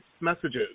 messages